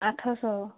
ଆଠ ଶହ